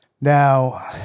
Now